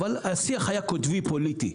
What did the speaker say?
אבל השיח היה קוטבי פוליטי,